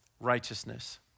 righteousness